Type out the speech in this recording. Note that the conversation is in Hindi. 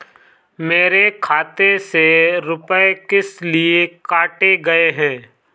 मेरे खाते से रुपय किस लिए काटे गए हैं?